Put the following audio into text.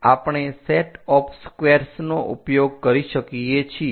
તો આપણે set of squares નો ઉપયોગ કરી શકીએ છીએ